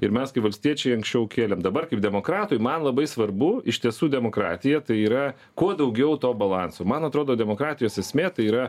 ir mes kai valstiečiai anksčiau kėlėm dabar kaip demokratui man labai svarbu iš tiesų demokratija tai yra kuo daugiau to balanso man atrodo demokratijos esmė tai yra